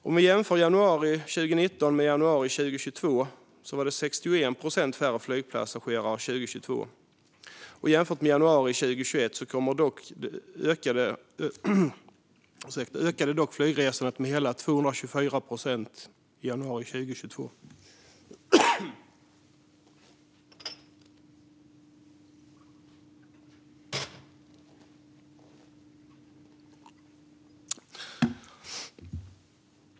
Om vi jämför januari 2019 med januari 2022 var det 61 procent färre flygpassagerare 2022. Jämfört med januari 2021 ökade dock flygresandet med hela 224 procent i januari 2022.